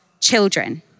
children